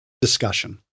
discussion